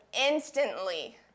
instantly